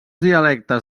dialectes